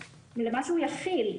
למה שהוא יכיל.